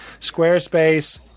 Squarespace